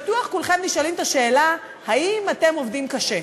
בטוח כולכם נשאלים את השאלה: האם אתם עובדים קשה?